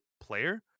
player